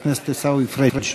חבר הכנסת עיסאווי פריג'.